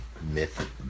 myth